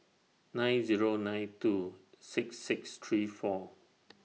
nine Zero nine two six six three four